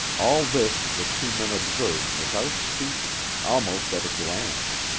all this the two men observed without speaking almost at a glance.